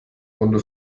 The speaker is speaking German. runde